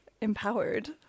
empowered